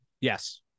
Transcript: yes